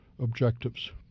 objectives